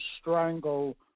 strangle